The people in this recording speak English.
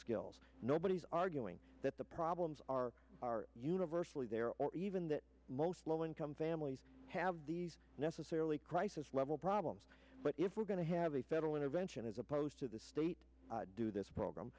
skills nobody's arguing that the problems are universally there or even that most low income families have these necessarily crisis level problems but if we're going to have a federal intervention as opposed to the state do this program